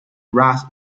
ras